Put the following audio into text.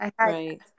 right